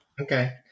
Okay